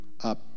up